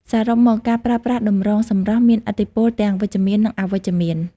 សរុបមក ការប្រើប្រាស់តម្រងសម្រស់មានឥទ្ធិពលទាំងវិជ្ជមាននិងអវិជ្ជមាន។